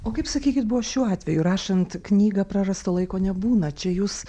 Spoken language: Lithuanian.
o kaip sakykit buvo šiuo atveju rašant knygą prarasto laiko nebūna čia jūs